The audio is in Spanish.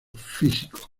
físico